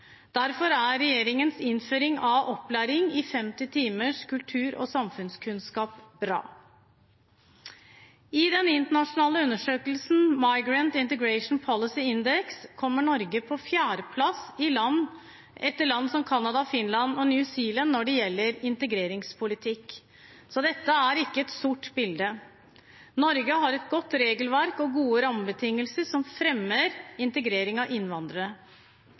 Derfor er regjeringens innføring av 50-timers opplæring i kultur- og samfunnskunnskap bra. I den internasjonale undersøkelse Migrant Integration Policy Index kommer Norge på 4. plass etter land som Canada, Finland og New Zealand når det gjelder integreringspolitikk, så dette er ikke et sort bilde. Norge har et godt regelverk og gode rammebetingelser som fremmer integrering av innvandrere.